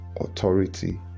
authority